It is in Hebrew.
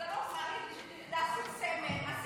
תגידי שאין לה סמל --- זה לא קשור.